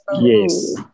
yes